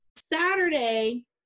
Saturday